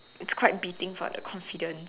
it's quite beating for the confidence